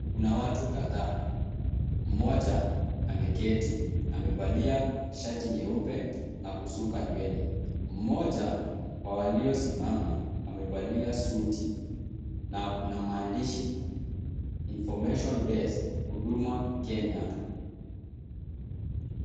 Kuna watu kadhaa, mmoja ameketi, amevalia shati nyeupe na kusuka nywele, mmoja wa walio simama amevalia suti na kuna maandishi, INFORMATION DESK, HUDUMA KENYA.